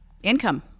Income